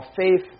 faith